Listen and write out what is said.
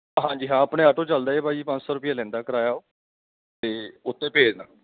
ਹਾਂਜੀ ਹਾਂ ਆਪਣੇ ਆਟੋ ਚਲਦੇ ਹੈ ਭਾਅ ਜੀ ਪੰਜ ਸੌ ਰੁਪਈਆ ਲੈਂਦਾ ਕਿਰਾਇਆ ਉਹ ਅਤੇ ਓਹ 'ਤੇ ਭੇਜ ਦਾ